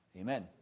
Amen